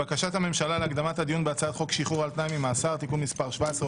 בקשת הממשלה להקדמת הדיון בהצעת חוק שחרור על-תנאי ממאסר (תיקון מס' 17,